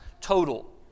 total